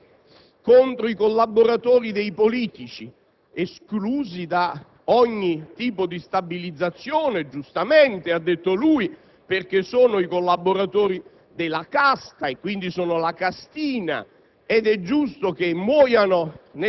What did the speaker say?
il senatore D'Amico contro i collaboratori dei politici esclusi da ogni tipo di stabilizzazione, giustamente, così ha detto, perché sono i collaboratori della casta, quindi sono la castina,